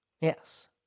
Yes